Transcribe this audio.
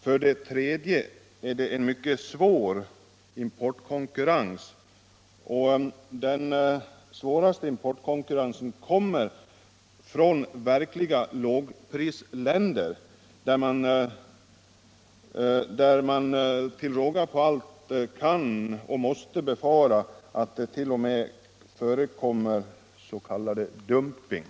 För det tredje har vi en mycket svår importkonkurrens på detta område, och importkonkurrensen från de verkliga lågprisländerna är den svåraste. När det gäller dessa kan och måste man till råga på allt befara att det Nr 27